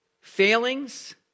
failings